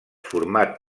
format